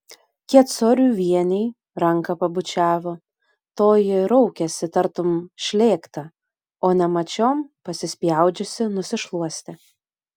kecoriuvienei ranką pabučiavo toji raukėsi tartum šlėkta o nemačiom pasispjaudžiusi nusišluostė